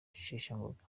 rusheshangoga